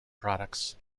products